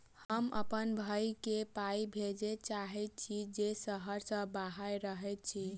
हम अप्पन भयई केँ पाई भेजे चाहइत छि जे सहर सँ बाहर रहइत अछि